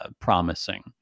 promising